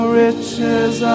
riches